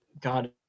God